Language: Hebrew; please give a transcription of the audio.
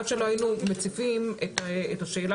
עד שלא היינו מציפים את השאלה,